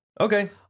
Okay